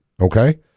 okay